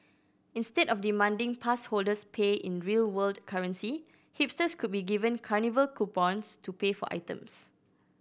instead of demanding pass holders pay in real world currency hipsters could be given carnival coupons to pay for items